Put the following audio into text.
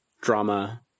drama